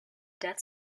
death